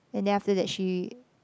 and then after that she